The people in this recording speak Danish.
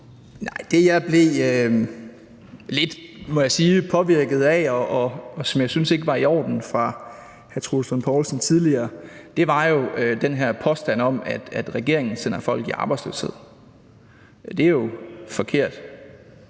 Nej, det, jeg blev lidt, må jeg sige, påvirket af, og som jeg syntes ikke var i orden fra hr. Troels Lund Poulsens side tidligere, var jo den her påstand om, at regeringen sender folk i arbejdsløshed. Det er jo forkert